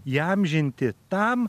įamžinti tam